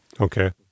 okay